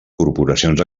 corporacions